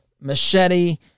machete